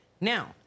Now